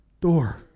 door